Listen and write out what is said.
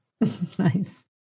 Nice